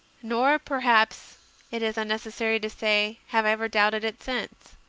nor, perhaps it is unneces sary to say, have i ever doubted it since.